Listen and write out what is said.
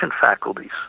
faculties